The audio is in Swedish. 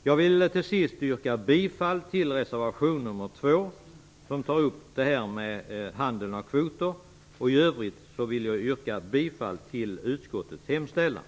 Jag vill slutligen yrka bifall till reservation nr 2 som tar upp handeln av kvoter. I övrigt yrkar jag bifall till utskottets hemställan.